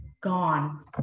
gone